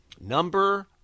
Number